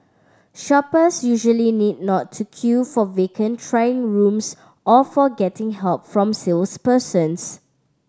shoppers usually need not to queue for vacant trying rooms or for getting help from salespersons